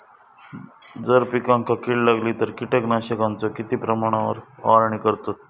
जर पिकांका कीड लागली तर कीटकनाशकाचो किती प्रमाणावर फवारणी करतत?